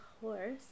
horse